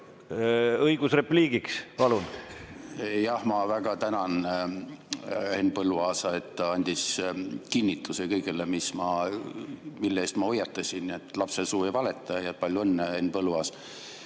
õigus repliigiks. Palun! Jah, ma väga tänan Henn Põlluaasa, et ta andis kinnituse kõigele, mille eest ma hoiatasin. Nii et lapsesuu ei valeta ja palju õnne, Henn Põlluaas!